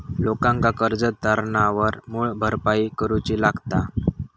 लोकांका कर्ज तारणावर मूळ भरपाई करूची लागता